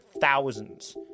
thousands